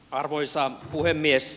arvoisa puhemies